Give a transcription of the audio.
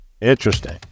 Interesting